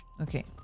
Okay